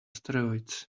steroids